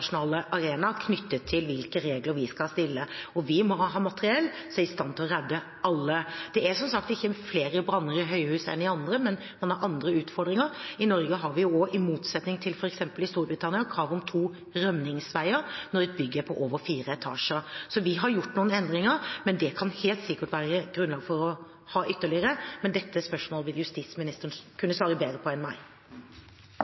knyttet til hvilke regler vi skal ha. Vi må ha materiell som er i stand til å redde alle. Det er som sagt ikke flere branner i høyhus enn i andre hus, men en har andre utfordringer. I Norge har vi jo også – i motsetning til f.eks. Storbritannia – krav om to rømningsveier når et bygg er på over fire etasjer. Vi har gjort noen endringer, og det kan helt sikkert være grunnlag for å ha ytterligere, men dette spørsmålet vil justisministeren